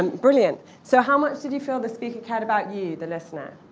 and brilliant. so how much did you feel the speaker cared about you, the listener,